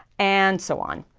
and so on.